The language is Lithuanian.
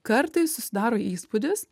kartais susidaro įspūdis